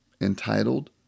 entitled